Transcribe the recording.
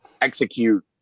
execute